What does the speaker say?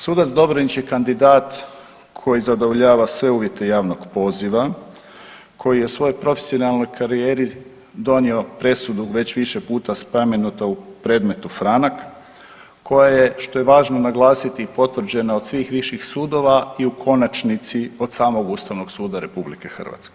Sudac Dobronić je kandidat koji zadovoljava sve uvjete javnog poziva koji je u svojoj profesionalnoj karijeri donio presudu već više puta spomenutu u predmetu Franak koja je što je važno naglasiti potvrđena od svih viših sudova i u konačnici od samog Ustavnog suda RH.